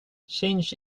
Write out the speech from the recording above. change